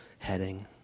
heading